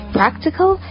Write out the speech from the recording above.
practical